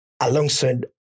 alongside